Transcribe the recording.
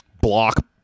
block